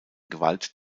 gewalt